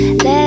Let